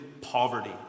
poverty